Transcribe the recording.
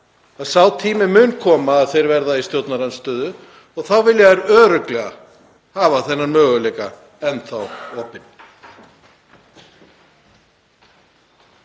að sá tími mun koma að þeir verða í stjórnarandstöðu og þá vilja þeir örugglega hafa þennan möguleika opinn.